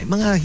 Mga